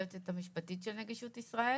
היועצת המשפטית של נגישות ישראל.